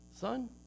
Son